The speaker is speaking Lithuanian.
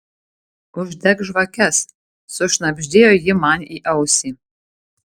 uždek žvakes sušnabždėjo ji man į ausį